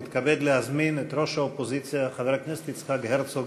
אני מתכבד להזמין את ראש האופוזיציה חבר הכנסת יצחק הרצוג